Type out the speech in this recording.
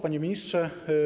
Panie Ministrze!